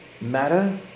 Matter